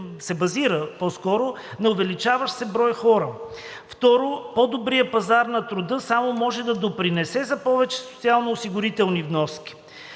се базира по-скоро, на увеличаващ се брой хора. Второ, по-добрият пазар на труда само може да допринесе за повече социално-осигурителни вноски.